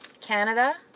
Canada